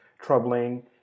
troubling